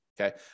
okay